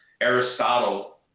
Aristotle